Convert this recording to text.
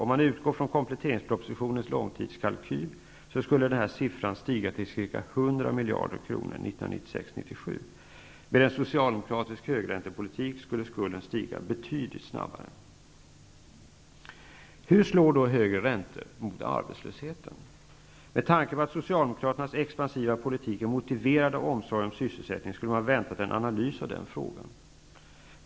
Om man utgår från kompletteringspropositionens långtidskalkyl, skulle denna siffra stiga till ca 100 miljarder kronor 1996/97. Med en socialdemokratisk högräntepolitik skulle skulden stiga betydligt snabbare. Hur slår då högre räntor mot arbetslösheten? Med tanke på att Socialdemokraternas expansiva politik är motiverad av omsorg om sysselsättningen hade man väntat sig en analys av den frågan.